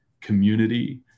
community